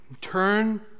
turn